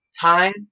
Time